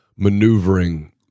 maneuvering